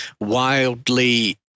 wildly